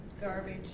garbage